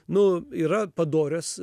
nu yra padorios